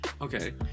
okay